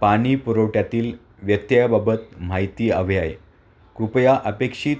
पाणीपुरवठ्यातील व्यत्ययाबाबत माहिती हवी आहे कृपया अपेक्षित